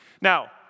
Now